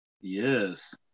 yes